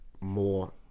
more